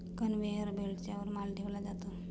conveyor बेल्टच्या वर माल ठेवला जातो